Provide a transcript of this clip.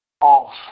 off